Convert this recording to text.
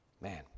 Man